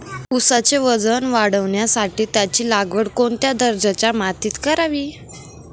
ऊसाचे वजन वाढवण्यासाठी त्याची लागवड कोणत्या दर्जाच्या मातीत करावी?